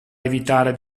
evitare